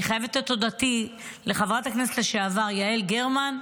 אני חייבת את תודתי לחברת הכנסת לשעבר יעל גרמן,